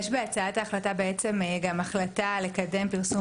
יש בהצעת ההחלטה גם החלטה לקדם פרסום